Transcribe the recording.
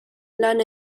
lan